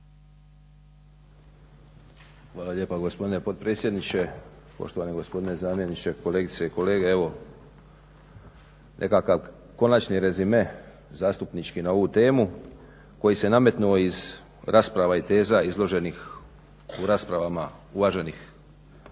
Hvala lijepa, gospodine potpredsjedniče. Poštovani gospodine zamjeniče, kolegice i kolege. Evo nekakav konačni rezime zastupnički na ovu temu koji se nametnuo iz rasprava i teza izloženih u raspravama uvaženih